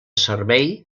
servei